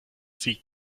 zieht